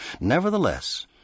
Nevertheless